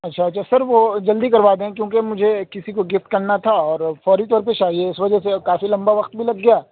اچھا اچھا سر وہ جلدی کروا دیں کیونکہ مجھے کسی کو گفٹ کرنا تھا اور فوری طور پہ چاہیے اس وجہ سے کافی لمبا وقت بھی لگ گیا